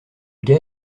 gars